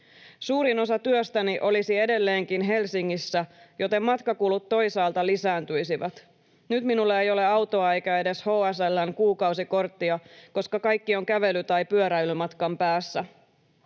Suurin osa työstäni olisi edelleenkin Helsingissä, joten matkakulut toisaalta lisääntyisivät. Nyt minulla ei ole autoa eikä edes HSL:n kuukausikorttia, koska kaikki on kävely- tai pyöräilymatkan päässä.